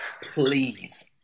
Please